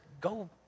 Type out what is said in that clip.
go